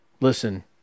Listen